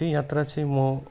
त्यो यात्रा चाहिँ म